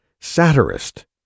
satirist